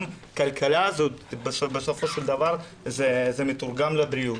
גם כלכלה בסופו של דבר מתורגמת לבריאות.